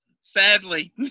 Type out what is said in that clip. Sadly